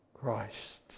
Christ